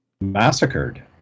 massacred